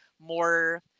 more